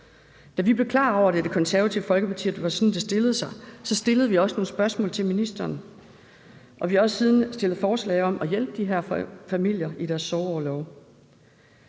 Da vi blev klar over i Det Konservative Folkeparti, at det var sådan, det stillede sig, stillede vi også nogle spørgsmål til ministeren, og vi har også siden fremsat forslag om at hjælpe de her familier til deres sorgorlov.